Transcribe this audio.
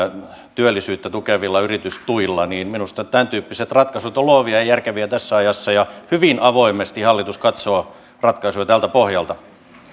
työllisyyttä tukevilla yritystuilla niin minusta tämäntyyppiset ratkaisut ovat luovia ja järkeviä tässä ajassa ja hyvin avoimesti hallitus katsoo ratkaisuja tältä pohjalta